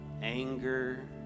anger